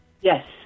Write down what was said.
Yes